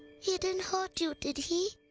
he didn't hurt you, did he